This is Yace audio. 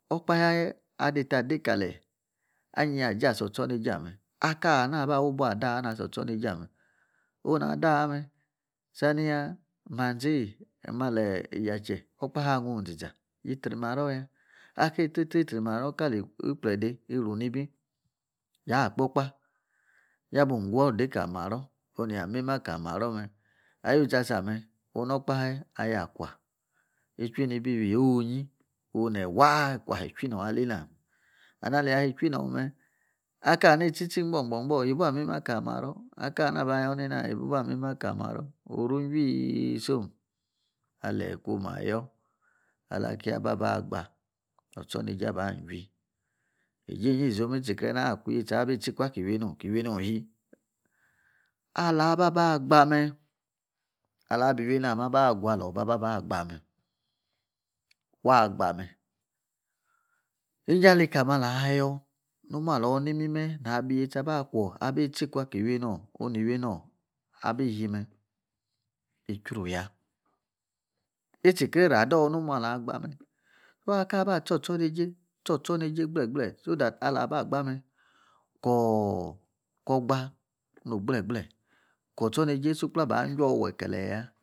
Okpahe, adeta ade kalie anyi aji asor otsoniejie ameh aka ani waba awu ibuo adawa na so otsornejie ameh onu na adawa meh sania, manzie ayi mali yache, Okpahe angun iziza yi tsri maro ya aki tsri tsri maro nikali ikplede iru niibi, ya' kpokpo yabung igwo kali maro meh agu tse ya asameh okpahe ayiakwa ichui nibi iwioun onyi onu ayi waa' ayichuinon alanah meh and alayi ichui nor meh, akana itsi, tsi gbon gbon gbon, yibu-amiemah kali maro and kana ayo nena, yibu amiemah kali maro. oru juii isom aliyi-ikwom ayor akia aba baa' gbaa' otsorneijie aba' ajuii. ijiji isom itsikre kwu-iyetsi na bi itsi ku aki iwienun ki iwienon shie. Alaba gba meh, ala bi iwienor agu alaba gba meh, waa gba meh, njaleka ameh alaa yor omu ala imimime alabi iyetsi aba kwa alabi itsi-ku aki iwienor oni iwienor abi ishie meh itchru ya. itsekre irradour omu alagba meh nwa aka ba' tsorniejie gble, gble so that alaba gba meh ko, ko gba no gble gble ko otsornejie sukpla baa juiior wekele ya.